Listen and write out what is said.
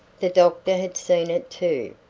the doctor had seen it too,